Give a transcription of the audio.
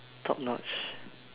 top notch